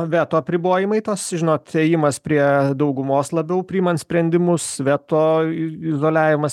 veto apribojimai tas žinot ėjimas prie daugumos labiau priimant sprendimus veto izoliavimas